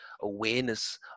awareness